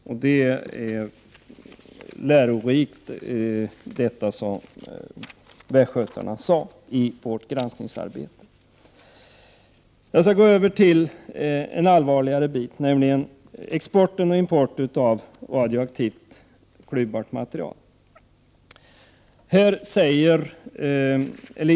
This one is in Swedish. Den här Västgötahistorien tycker jag är lärorik även när det gäller vårt granskningsarbete. Så till något som är allvarligare. Det gäller då exporten och importen av radioaktivt klyvbart material.